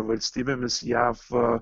valstybėmis jav